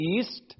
east